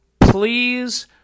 please